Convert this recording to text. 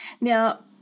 Now